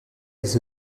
les